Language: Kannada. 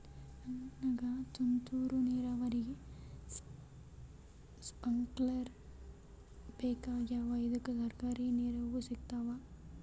ನನಗ ತುಂತೂರು ನೀರಾವರಿಗೆ ಸ್ಪಿಂಕ್ಲರ ಬೇಕಾಗ್ಯಾವ ಇದುಕ ಸರ್ಕಾರಿ ನೆರವು ಸಿಗತ್ತಾವ?